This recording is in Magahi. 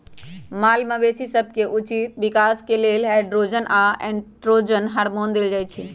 माल मवेशी सभके उचित विकास के लेल एंड्रोजन आऽ एस्ट्रोजन हार्मोन देल जाइ छइ